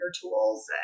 tools